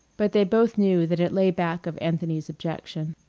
but they both knew that it lay back of anthony's objection.